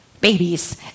babies